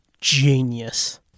genius